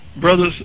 brothers